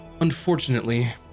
Unfortunately